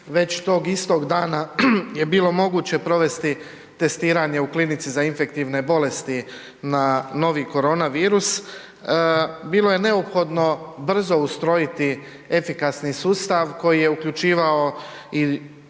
Već tog istog dana je bilo moguće provesti testiranje u klinici za infektivne bolesti na novi koronavirus. Bilo je neophodno brzo ustrojiti efikasni sustav koji je uključivao i predviđao